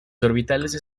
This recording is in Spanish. orbitales